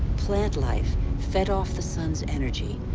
plant life fed off the sun's energy,